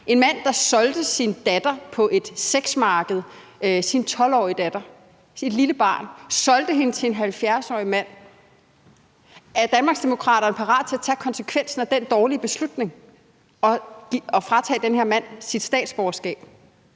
en mand, der solgte sin 12-årige datter, sit lille barn, på et sexmarked til en 70-årig mand. Er Danmarksdemokraterne parat til at tage konsekvensen af den dårlige beslutning og fratage den her mand hans statsborgerskab